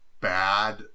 bad